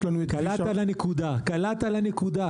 קלעת לנקודה, קלעת לנקודה.